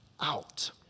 out